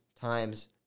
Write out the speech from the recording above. times